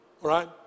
right